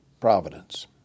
providence